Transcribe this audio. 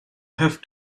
have